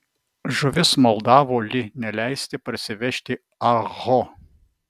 žuvis maldavo li neleisti parsivežti ah ho